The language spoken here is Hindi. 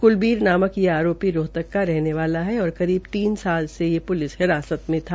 क्लबीर नामक ये आरोपी रोहतक का रहने वालाहै और करीब तीन साल से ये प्लिस हिरासत में था